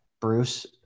bruce